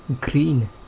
green